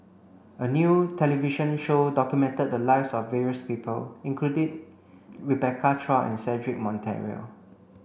a new television show documented the lives of various people including Rebecca Chua and Cedric Monteiro